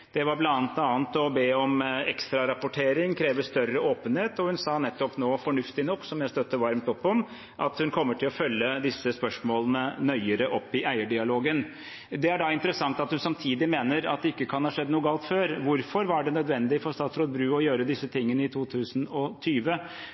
Det var bl.a. å be om ekstrarapportering, kreve større åpenhet, og hun sa nettopp nå – fornuftig nok, og som jeg støtter varmt opp om – at hun kommer til å følge disse spørsmålene nøyere opp i eierdialogen. Det er da interessant at hun samtidig mener at det ikke kan ha skjedd noe galt før. Hvorfor var det nødvendig for statsråd Bru å gjøre disse